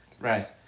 right